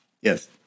Yes